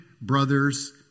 brothers